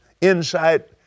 insight